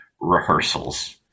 rehearsals